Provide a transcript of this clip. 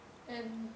and